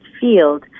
field